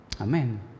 Amen